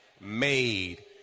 made